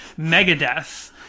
Megadeth